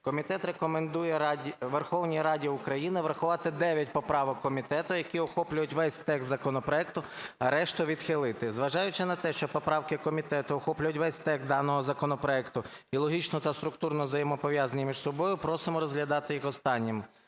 Комітет рекомендує Верховній Раді України врахувати 9 поправок комітету, які охоплюють весь текст законопроекту, а решту відхилити. Зважаючи на те, що поправки комітету охоплюють весь текст даного законопроекту і логічно та структурно взаємопов'язані між собою просимо розглядати їх останніми.